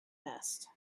nest